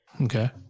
Okay